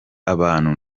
abantu